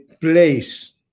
place